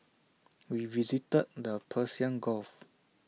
we visited the Persian gulf